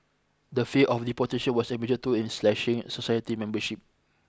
the fear of deportation was a major tool in slashing society membership